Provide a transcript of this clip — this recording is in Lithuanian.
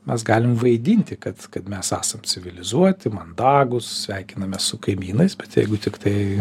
mes galim vaidinti kad kad mes esam civilizuoti mandagūs sveikinamės su kaimynais bet jeigu tiktai